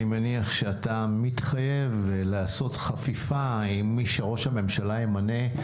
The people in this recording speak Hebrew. אני מניח שאתה מתחייב לעשות חפיפה עם מי שראש הממשלה ימנה כמחליפך.